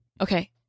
Okay